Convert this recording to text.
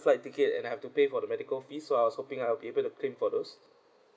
flight ticket and I have to pay for the medical fee so I was hoping I'll be able to claim for those